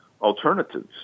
alternatives